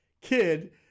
kid